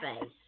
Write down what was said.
face